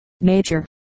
Nature